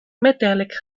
metallic